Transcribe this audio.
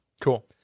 Cool